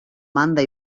banda